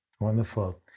Wonderful